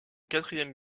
quatrième